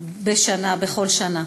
בכל שנה.